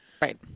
Right